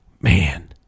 Man